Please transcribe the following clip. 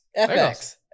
FX